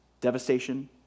Devastation